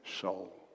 soul